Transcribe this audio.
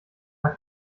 mal